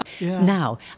Now